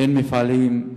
אין מפעלים,